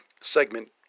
segment